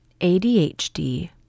ADHD